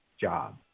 job